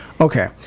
Okay